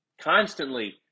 constantly